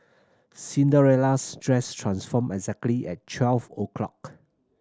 Cinderella's dress transformed exactly at twelve o' clock